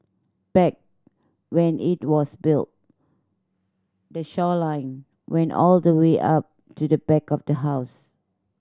back when it was built the shoreline went all the way up to the back of the house